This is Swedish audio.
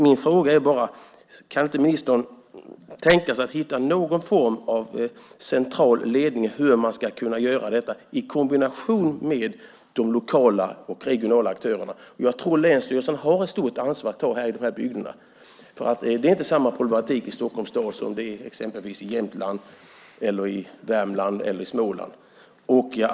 Min fråga är: Kan inte ministern tänka sig att försöka hitta någon form av central ledning i kombination med de lokala och regionala aktörerna för att hitta lösningar? Jag tror att länsstyrelserna har ett stort ansvar att ta i de här bygderna. Det är inte samma problematik i Stockholms stad som det är i exempelvis Jämtland, Värmland eller Småland.